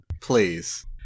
Please